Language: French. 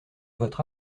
votre